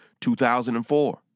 2004